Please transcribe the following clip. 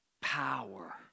Power